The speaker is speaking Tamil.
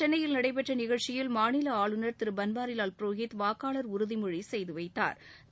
சென்னையில் நடைபெற்ற நிகழ்ச்சியில் மாநில ஆளுநர் திரு பன்வாரிலால் புரோஹித் வாக்காளர் உறுதிமொழி செய்து வைத்தாா்